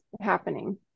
happening